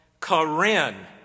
karen